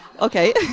Okay